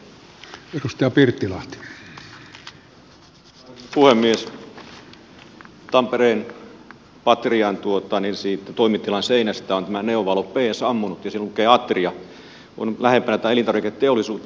tampereen patrian toimitilan seinästä on neonvalo p sammunut ja siinä lukee atria on lähempänä tätä elintarviketeollisuutta